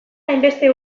hainbeste